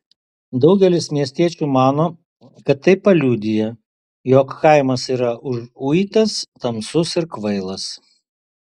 daugelis miestiečių mano kad tai paliudija jog kaimas yra užuitas tamsus ir kvailas